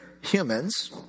humans